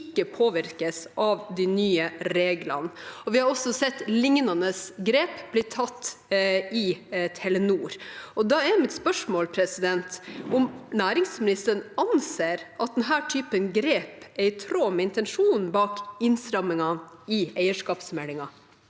ikke påvirkes av de nye reglene». Vi har også sett lignende grep bli tatt i Telenor. Da er mitt spørsmål om næringsministeren anser at denne typen grep er i tråd med intensjonen bak innstramningene i eierskapsmeldingen.